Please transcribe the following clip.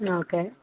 ആ ഓക്കെ